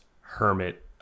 hermit